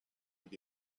with